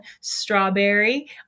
strawberry